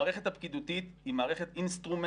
המערכת הפקידותית היא מערכת אינסטרומנטלית,